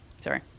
Sorry